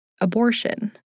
abortion